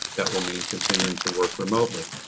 that will mean continuing to work remotely.